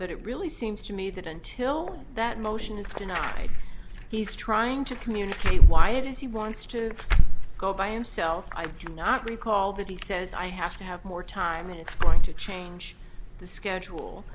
but it really seems to me that until that motion is denied he's trying to communicate why it is he wants to go by him self i have can not recall that he says i have to have more time it's going to change the schedule